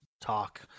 talk